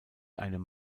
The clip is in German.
einem